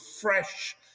fresh